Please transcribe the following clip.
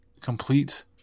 complete